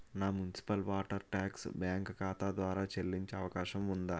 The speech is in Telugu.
నా మున్సిపల్ వాటర్ ట్యాక్స్ బ్యాంకు ఖాతా ద్వారా చెల్లించే అవకాశం ఉందా?